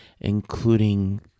including